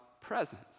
presence